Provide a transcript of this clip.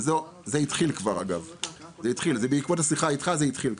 זה התחיל כבר בעקבות השיחה איתך זה התחיל.